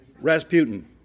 Rasputin